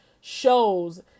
shows